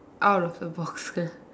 out of the box ya